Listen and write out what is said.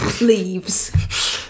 leaves